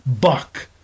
Buck